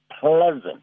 pleasant